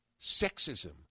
sexism